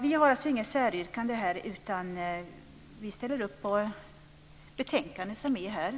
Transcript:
Vi har alltså inget säryrkande här, utan vi ställer upp på hemställan i betänkandet.